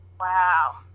wow